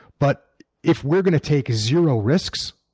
but if we're going to take zero risks,